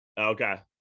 Okay